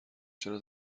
چرا